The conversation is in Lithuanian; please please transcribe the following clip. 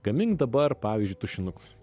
gamink dabar pavyzdžiui tušinukus